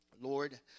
Lord